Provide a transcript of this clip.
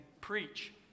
preach